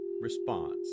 response